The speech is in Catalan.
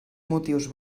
motius